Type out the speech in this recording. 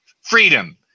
freedom